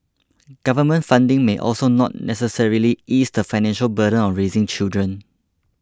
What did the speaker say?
government funding may also not necessarily ease the financial burden of raising children